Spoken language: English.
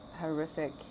horrific